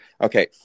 Okay